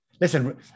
Listen